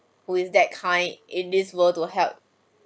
who is that kind in this world to help